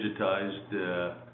digitized